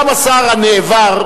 גם השר הנעבר,